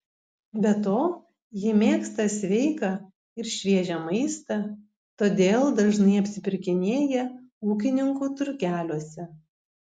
be to ji mėgsta sveiką ir šviežią maistą todėl dažnai apsipirkinėja ūkininkų turgeliuose